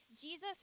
Jesus